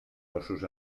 ossos